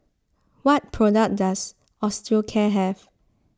what product does Osteocare have